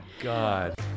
God